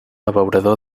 abeurador